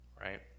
Right